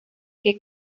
que